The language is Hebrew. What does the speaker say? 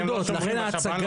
לכן ההצגה,